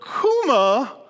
kuma